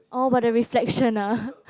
oh but the reflection ah